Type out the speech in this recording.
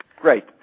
Great